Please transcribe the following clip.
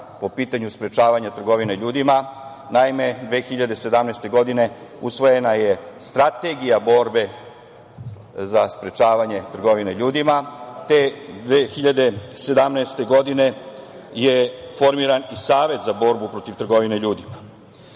po pitanju sprečavanja trgovine ljudima. Naime 2017. godine usvojena je Strategija borbe za sprečavanje trgovine ljudima. Te 2017. godine je formiran i Savet za borbu protiv trgovine ljudima.